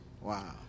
Wow